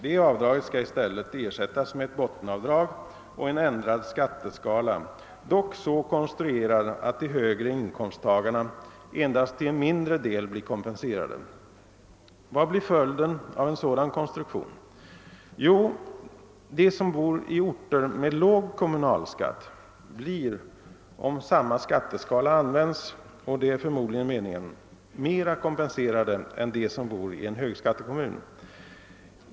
Detta avdrag skall i stället ersättas med ett bottenavdrag och en ändrad skatteskala, dock så konstruerad att de högre inkomsttagarna endast till en mindre del blir kompenserade. Vad blir följden av en sådan konstruktion? Jo, de som bor i orter med låg kommunalskatt blir — om samma skatteskala används, och det är förmodligen meningen — mera kompenserade än de som bor i en högskattekommun.